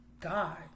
God